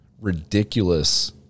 ridiculous